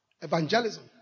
evangelism